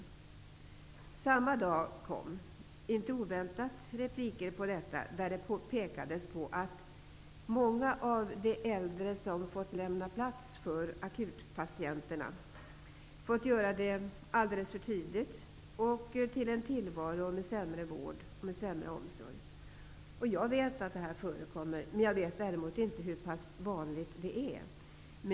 Redan samma dag kom, inte oväntat, repliker på detta, där det pekades på att många av de äldre som fått lämna plats åt akutpatienterna fått göra det alldeles för tidigt och till en tillvaro med sämre vård och omsorg. Jag vet att detta förekommer, men däremot inte hur pass vanligt det är.